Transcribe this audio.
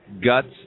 guts